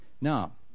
Now